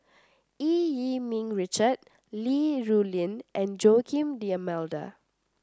Eu Yee Ming Richard Li Rulin and Joaquim D'Almeida